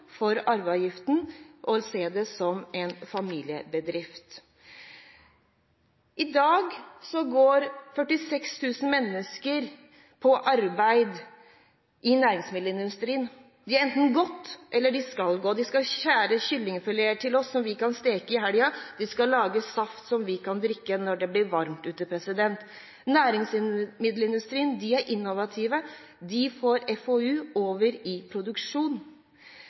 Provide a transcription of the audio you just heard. for arveavgift og se det som en familiebedrift. I dag går 46 000 mennesker på arbeid i næringsmiddelindustrien – de har enten gått, eller de skal gå. De skal skjære kyllingfileter til oss som vi kan steke i helgen, de skal lage saft som vi kan drikke når det blir varmt ute. Næringsmiddelindustrien er innovativ. De får FoU over i produksjon.